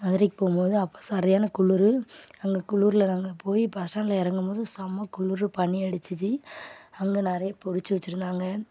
மதுரைக்கு போகும்போது அப்போ சரியான குளிரு நாங்கள் குளிருல அங்கே போய் பஸ் ஸ்டாண்டில் இறங்கும் போது போய் செமை குளில் பனி அடிச்சுச்சி அங்கே நிறைய பொரிச்சு வச்சுருந்தாங்க